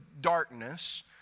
darkness